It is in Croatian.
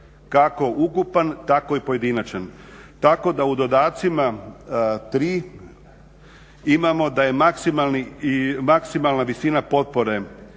kako ukupan tako i pojedinačan tako da u dodacima 3. imamo da je maksimalna visina potpore